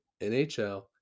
NHL